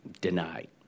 denied